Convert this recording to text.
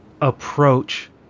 approach